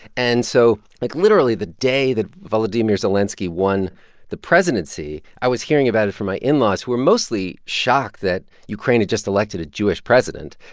and so, like, literally the day that volodymyr zelenskiy won the presidency, i was hearing about it from my in-laws, who were mostly shocked that ukraine had just elected a jewish president.